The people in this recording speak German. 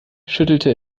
schüttelte